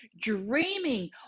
dreaming